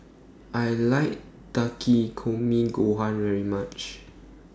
I like Takikomi Gohan very much